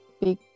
big